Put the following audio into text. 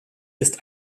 ist